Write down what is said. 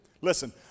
Listen